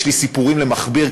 יש לי סיפורים למכביר,